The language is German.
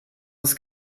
ist